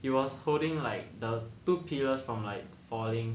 he was holding like the two pillars from like falling